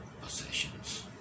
possessions